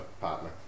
partner